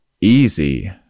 easy